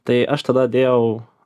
tai aš tada dėjau